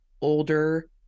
older